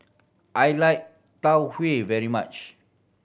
I like Tau Huay very much